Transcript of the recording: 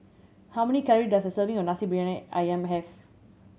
how many calory does a serving of Nasi Briyani Ayam have